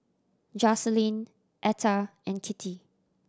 Jocelyne Etta and Kittie